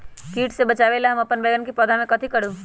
किट से बचावला हम अपन बैंगन के पौधा के कथी करू?